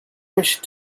wish